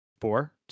Four